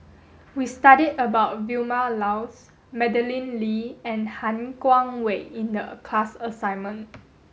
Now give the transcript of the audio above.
we studied about Vilma Laus Madeleine Lee and Han Guangwei in the class assignment